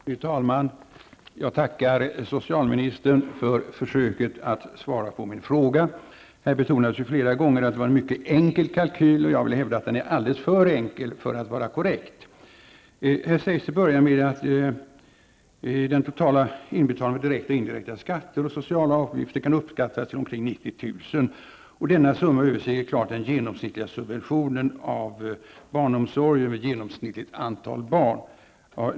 Fru talman! Jag tackar socialministern för försöket att svara på min fråga. Här betonades flera gånger att det var en mycket enkel kalkyl. Jag vill hävda att den är alltför enkel för att vara korrekt. Till att börja med sägs att den totala inbetalningen av direkta och indirekta skatter samt sociala avgifter kan uppskattas till omkring 90 000 kr. och att denna summa klart överstiger den genomsnittliga subventionen av barnomsorgen vid genomsnittligt antal barn.